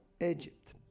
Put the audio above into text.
Egypt